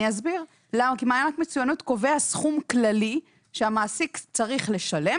מענק מצוינות קובע סכום כללי שהמעסיק צריך לשלם